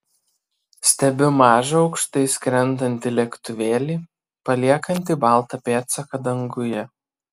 stebiu mažą aukštai skrendantį lėktuvėlį paliekantį baltą pėdsaką danguje